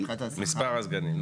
מספר הסגנים.